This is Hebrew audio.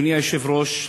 אדוני היושב-ראש,